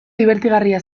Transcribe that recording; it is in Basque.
dibertigarria